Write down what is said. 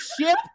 ship